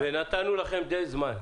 ונתנו לכם די זמן.